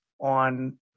on